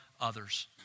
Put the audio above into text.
others